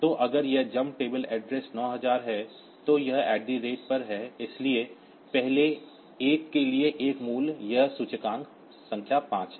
तो अगर यह जंप टेबल एड्रेस 9000 है तो यह A पर है इसलिए पहले एक के लिए एक मूल्य यह सूचकांक संख्या 5 है